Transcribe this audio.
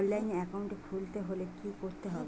অনলাইনে একাউন্ট খুলতে হলে কি করতে হবে?